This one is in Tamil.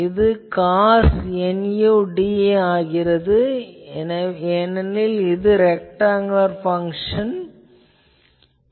இது காஸ் nu du ஆகும் ஏனெனில் இது ரெக்டாங்குலர் பங்சன் ஆகும்